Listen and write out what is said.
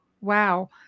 Wow